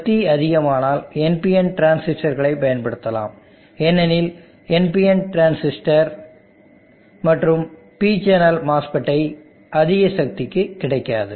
சக்தி அதிகமானால் NPN டிரான்சிஸ்டர்களைப் பயன்படுத்தலாம் ஏனெனில் PNP டிரான்சிஸ்டர் மற்றும் P சேனல் MOSFET அதிக சக்திக்கு கிடைக்காது